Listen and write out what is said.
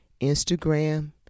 Instagram